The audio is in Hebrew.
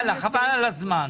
חבל על הזמן.